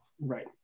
Right